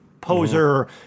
poser